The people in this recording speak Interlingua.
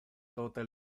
tote